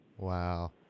Wow